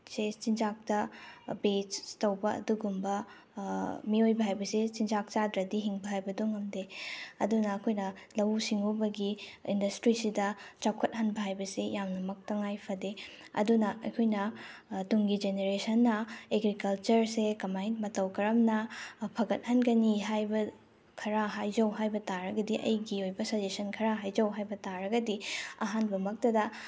ꯁꯦ ꯆꯤꯟꯖꯥꯛꯇ ꯕꯦꯁ ꯇꯧꯕ ꯑꯗꯨꯒꯨꯝꯕ ꯃꯤꯑꯣꯏꯕ ꯍꯥꯏꯕꯁꯦ ꯆꯤꯟꯖꯥꯛ ꯆꯥꯗ꯭ꯔꯗꯤ ꯍꯤꯡꯕ ꯍꯥꯏꯕꯗꯨ ꯉꯝꯗꯦ ꯑꯗꯨꯅ ꯑꯩꯈꯣꯏꯅ ꯂꯧꯎ ꯁꯤꯡꯎꯕꯒꯤ ꯏꯟꯗꯁꯇ꯭ꯔꯤꯁꯤꯗ ꯆꯥꯎꯈꯠꯍꯟꯕ ꯍꯥꯏꯕꯁꯤ ꯌꯥꯝꯅꯃꯛ ꯇꯉꯥꯏꯐꯗꯦ ꯑꯗꯨꯅ ꯑꯩꯈꯣꯏꯅ ꯇꯨꯡꯒꯤ ꯖꯦꯅꯦꯔꯦꯁꯟꯅ ꯑꯦꯒ꯭ꯔꯤꯀꯜꯆꯔꯁꯦ ꯀꯃꯥꯏ ꯃꯇꯧ ꯀꯔꯝꯅ ꯐꯒꯠꯍꯟꯒꯅꯤ ꯍꯥꯏꯕ ꯈꯔ ꯍꯥꯏꯖꯧ ꯍꯥꯏꯕ ꯇꯥꯔꯒꯗꯤ ꯑꯩꯒꯤ ꯑꯣꯏꯕ ꯁꯖꯦꯁꯟ ꯈꯔ ꯍꯥꯏꯖꯧ ꯍꯥꯏꯕ ꯇꯥꯔꯒꯗꯤ ꯑꯍꯥꯟꯕꯃꯛꯇꯗ